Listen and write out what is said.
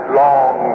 long